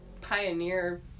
pioneer